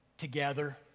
together